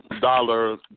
dollar